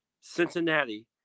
Cincinnati